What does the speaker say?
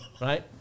right